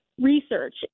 research